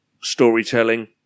storytelling